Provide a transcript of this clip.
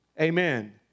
Amen